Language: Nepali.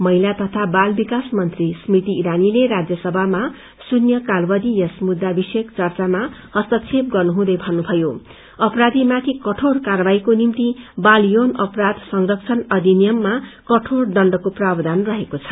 महिला तथा बाल विकास मन्त्री स्मृति ईरानीले राज्यसभामा श्रून्थकालावधि यस मुद्दा विषय चर्चामा हस्तबेप गर्नुहुँदै भन्नुषयो अपराधीमाथि कठोर कार्यवाहीको निभ्ति बाल यौन अपराध संरक्षण अधिनियममा कठोर दण्डको प्रावधान गरिएको छ